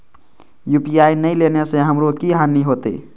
UPI ने लेने से हमरो की हानि होते?